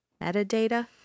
metadata